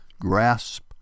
grasp